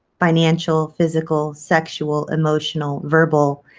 financial, physical, sexual, emotional, verbal,